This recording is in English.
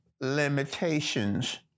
limitations